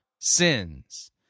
sins